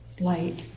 light